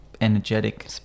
energetic